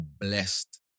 blessed